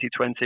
2020